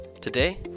Today